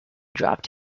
dropped